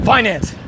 Finance